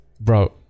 Bro